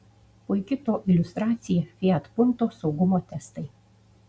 puiki to iliustracija fiat punto saugumo testai